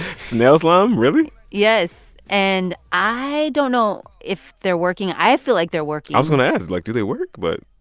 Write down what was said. snail slime? really? yes. and i don't know if they're working. i feel like they're working i was going to ask, like, do they work? but.